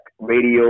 Radio